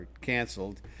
canceled